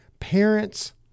parents